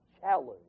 challenge